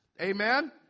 Amen